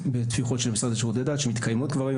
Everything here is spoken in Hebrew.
בתמיכות שמתקיימות כבר היום,